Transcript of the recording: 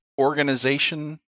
organization